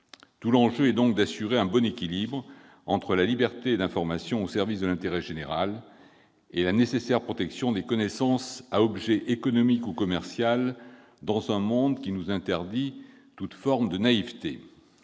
Tout l'enjeu est donc d'assurer un bon équilibre entre la liberté d'information au service de l'intérêt général et la nécessaire protection des connaissances à objet économique ou commercial, dans un monde qui nous interdit toute forme de naïveté.